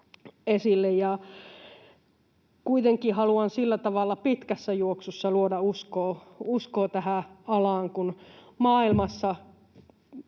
esille, ja kuitenkin haluan sillä tavalla pitkässä juoksussa luoda uskoa tähän alaan. Kun maailmassa